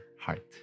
heart